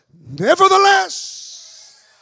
Nevertheless